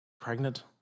pregnant